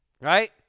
right